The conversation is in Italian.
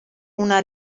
una